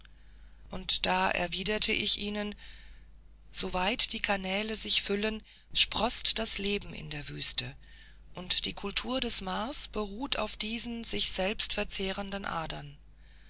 und da erwiderte ich ihnen so weit die kanäle sich füllen sproßt das leben in der wüste und die kultur des mars beruht auf diesen sich selbst verzehrenden adern